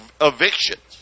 evictions